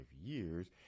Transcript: years